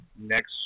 Next